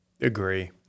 Agree